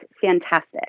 fantastic